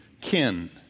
kin